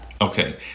Okay